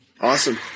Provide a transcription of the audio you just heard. Awesome